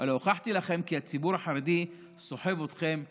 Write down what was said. אלא הוכחתי לכם כי הציבור החרדי סוחב אתכם אקולוגית.